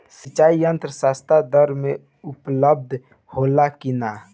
सिंचाई यंत्र सस्ता दर में उपलब्ध होला कि न?